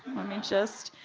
let me just.